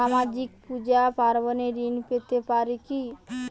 সামাজিক পূজা পার্বণে ঋণ পেতে পারে কি?